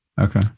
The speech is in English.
Okay